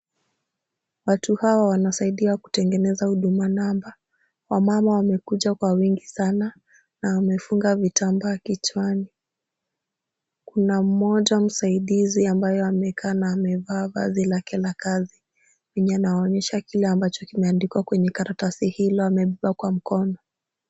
Watu hawa wanasaidiwa kutengeneza huduma namba . Wamama wamekuja kwa wingi sana na wamefunga vitambaa kichwani. Kuna mmoja msaidizi ambayo amekaa na amevaa vazi lake la kazi, mwenye anawaonyesha kile ambacho kimeandikwa kwenye karatasi hilo amempa kwa mkono.